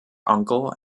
uncle